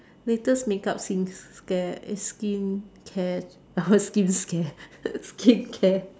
latest makeup skins scare eh skincare I heard skins scare skincare